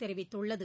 தெரிவித்துள்ளது